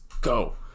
go